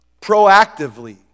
Proactively